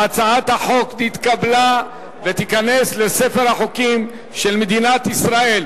הצעת החוק נתקבלה ותיכנס לספר החוקים של מדינת ישראל.